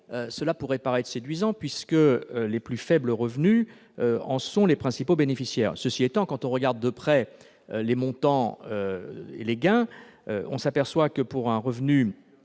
cela pourrait paraître séduisant, puisque les plus faibles revenus en seront les principaux bénéficiaires. Cela étant, quand on examine de près les montants des gains en cause, on s'aperçoit que, pour un revenu